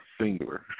Singular